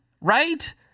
right